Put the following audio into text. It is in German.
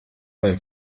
bei